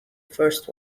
first